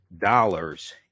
dollars